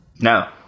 No